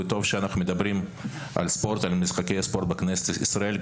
וטוב שאנחנו מדברים על משחקי ספורט בכנסת ישראל,